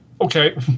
okay